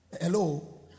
Hello